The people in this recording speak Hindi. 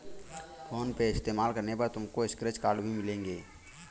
फोन पे इस्तेमाल करने पर तुमको स्क्रैच कार्ड्स भी मिलेंगे